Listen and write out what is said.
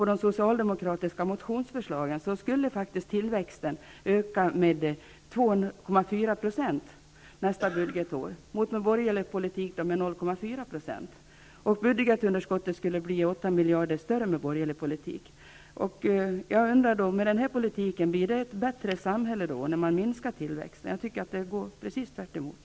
Av de socialdemokratiska motionsförslagen framgår att tillväxten skulle öka med 2,4 % nästa budgetår jämfört med de 0,4 % som den borgerliga politiken åstadkommer. Budgetunderskottet skulle bli 8 miljarder större med borgerlig politik. Jag undrar om vi får ett bättre samhälle med den här politiken när man minskar tillväxten. Jag tycker att det är precis tvärtom.